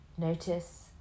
Notice